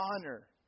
honor